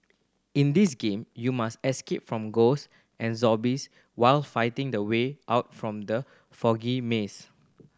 in this game you must escape from ghost and zombies while finding the way out from the foggy maze